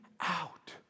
out